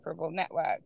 network